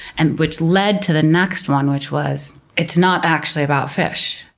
and which led to the next one, which was it's not actually about fish.